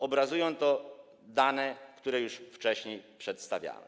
Obrazują to dane, które już wcześniej przedstawiałem.